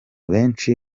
benshi